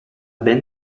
ben